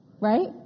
right